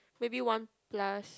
maybe one plus